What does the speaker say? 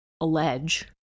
allege